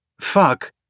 Fuck